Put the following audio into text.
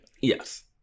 Yes